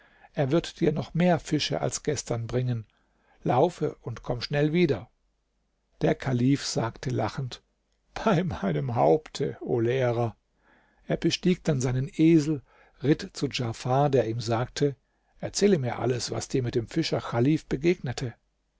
er wird dir noch mehr fische als gestern bringen laufe und komm schnell wieder der kalif sagte lachend bei meinem haupte o lehrer er bestieg dann seinen esel ritt zu djafar der ihm sagte erzähle mir alles was dir mit dem fischer chalif begegnete